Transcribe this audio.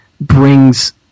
brings